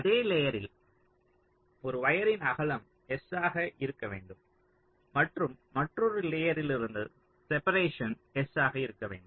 அதே லேயரில் ஒரு வயரின் அகலம் s ஆக இருக்க வேண்டும் மற்றும் மற்றொரு லேயரிலிருந்து செப்பரேஷன் s ஆக இருக்க வேண்டும்